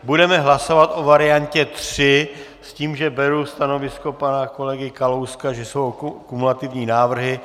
Budeme hlasovat o variantě 3 s tím, že beru stanovisko pana kolegy Kalouska, že jsou kumulativní návrhy.